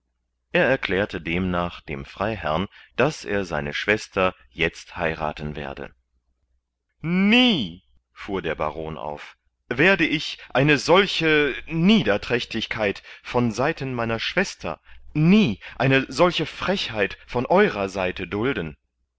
er erklärte demnach dem freiherrn daß er seine schwester jetzt heirathen werde nie fuhr der baron auf werde ich eine solche niederträchtigkeit von seiten meiner schwester nie eine solche frechheit von eurer seite dulden